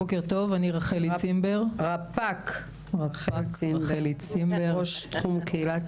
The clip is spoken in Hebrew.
בוקר טוב, רפ"ק רחלי צימבר, ראש תחום קהילת